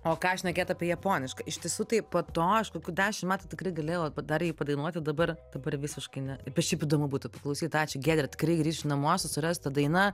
o ką šnekėt apie japonišką iš tiesų tai po to aš kokių dešim metų tikrai galėjau pa dar jį padainuoti dabar dabar visiškai ne bet šiaip įdomu būtų paklausyt ačiū giedre tikrai grįšiu namo susras tą dainą